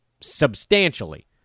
substantially